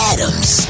Adams